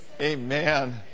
amen